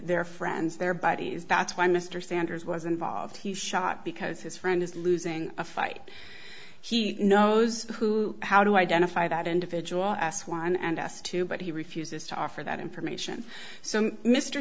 their friends their buddies that's why mr sanders was involved he shot because his friend is losing a fight he knows who how to identify that individual ass one and us two but he refuses to offer that information so mr